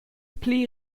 pli